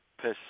Piss